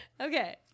okay